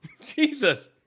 Jesus